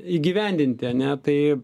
įgyvendinti ane tai